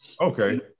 Okay